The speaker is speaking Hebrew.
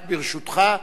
רק ברשותך,